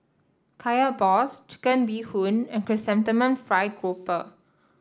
Kaya Balls Chicken Bee Hoon and Chrysanthemum Fried Grouper